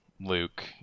Luke